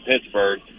Pittsburgh